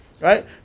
right